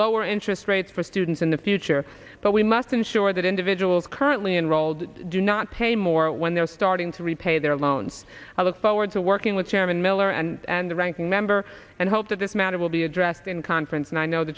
lower interest rates for students in the future but we must ensure that individuals currently enrolled do not pay more when they're starting to repay their loans i look forward to working with chairman miller and ranking member and hope that this matter will be addressed in conference and i know the